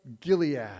Gilead